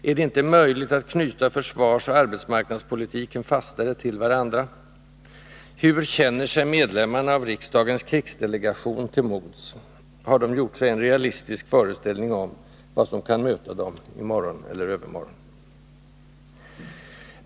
Är det inte möjligt att knyta försvarsoch arbetsmarknadspolitiken fastare till varandra? Hur känner sig medlemmarna av riksdagens krigsdelegation till mods? Har de gjort sig en realistisk föreställning om vad som kan möta dem, i morgon eller övermorgon?